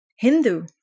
Hindu